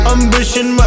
Ambition